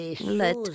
let